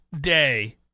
day